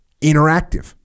Interactive